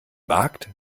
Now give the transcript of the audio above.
wagt